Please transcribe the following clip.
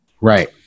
Right